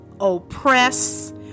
oppress